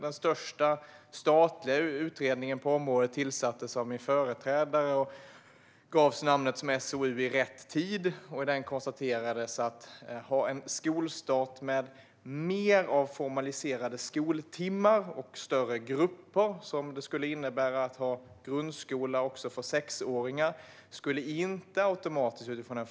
Den största statliga utredningen på området tillsattes av min föregångare och gavs av SOU namnet Rätt information på rätt plats i rätt tid . I den konstaterades att enligt forskningen skulle en skolstart med mer av formaliserade skoltimmar och större grupper, som det skulle innebära att ha grundskola också för sexåringar, inte automatiskt hjälpa resultaten.